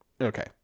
Okay